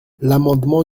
l’amendement